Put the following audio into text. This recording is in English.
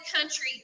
country